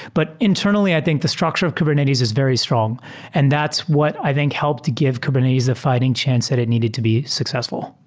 but internally, i think the structure of kubernetes is very strong and that's what i think helped to give kubernetes the fighting chance that it needed to be successful.